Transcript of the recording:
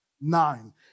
Nine